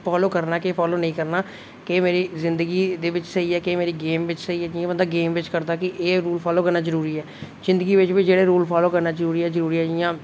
follow करना केह् follow नेईं करना केह् मेरी जिंदगी दे बिच स्हेई ऐ केह् मेरी गेम बिच स्हेई ऐ जि'यां बंदा गेम बिच करदा कि एह् रूल फालो करना जरुरी ऐ जिंदगी बिच बी जेहडे रूल फालो करना जरुरी ऐ जि'यां